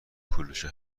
کلوچه